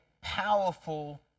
powerful